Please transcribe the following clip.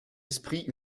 esprit